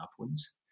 upwards